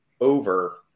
over